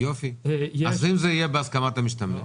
אז אם זה יהיה בהסכמת המשתמש?